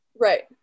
Right